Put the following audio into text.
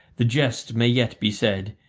the jest may yet be said,